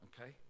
okay